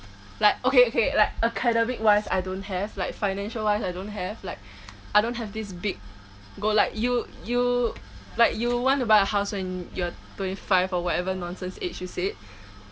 like okay okay like academic wise I don't have like financial wise I don't have like I don't have this like big goal like you you like you want to buy a house when you are twenty five or whatever nonsense age you said